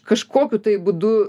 kažkokių tai būdu